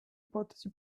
ipotesi